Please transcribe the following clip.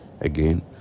Again